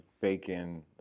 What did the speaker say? bacon